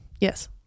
Yes